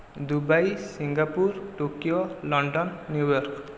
Dubai Singapore Tokyo London New York